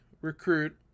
recruit